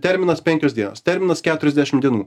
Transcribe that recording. terminas penkios dienos terminas keturiasdešim dienų